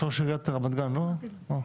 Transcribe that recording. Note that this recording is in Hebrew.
ראש עיריית רמת גן, לא?